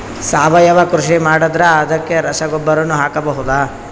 ಸಾವಯವ ಕೃಷಿ ಮಾಡದ್ರ ಅದಕ್ಕೆ ರಸಗೊಬ್ಬರನು ಹಾಕಬಹುದಾ?